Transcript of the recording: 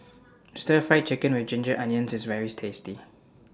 Stir Fry Chicken with Ginger Onions IS very tasty